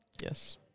Yes